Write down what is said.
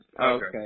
Okay